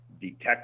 detect